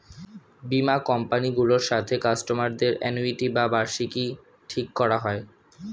বীমা কোম্পানি গুলোর সাথে কাস্টমার দের অ্যানুইটি বা বার্ষিকী ঠিক করা হয়